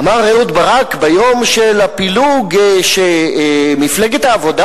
אמר אהוד ברק ביום של הפילוג שמפלגת העבודה